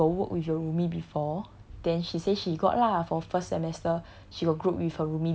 I just ask her you got work with your roomie before then she say she got lah for first semester